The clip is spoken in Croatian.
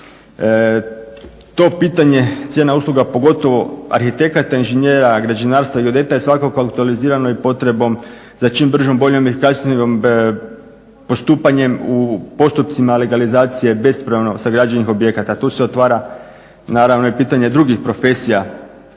To pitanje cijena usluga pogotovo arhitekata, inženjera građevinarstva i geodeta je svakako aktualizirano i potrebom za čim bržom, boljom i efikasnijim postupanjem u postupcima legalizacije bespravno sagrađenih objekata. Tu se otvara naravno i pitanje drugih profesija